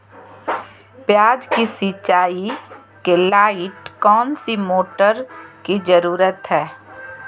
प्याज की सिंचाई के लाइट कौन सी मोटर की जरूरत है?